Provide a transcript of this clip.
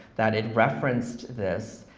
that it referenced this,